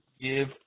give